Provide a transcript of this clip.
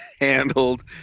handled